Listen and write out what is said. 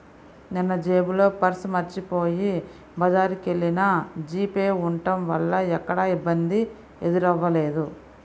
నిన్నజేబులో పర్సు మరచిపొయ్యి బజారుకెల్లినా జీపే ఉంటం వల్ల ఎక్కడా ఇబ్బంది ఎదురవ్వలేదు